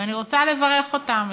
ואני רוצה לברך אותם,